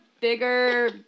bigger